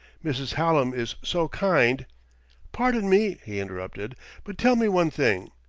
mrs. hallam is so kind pardon me, he interrupted but tell me one thing,